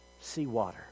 seawater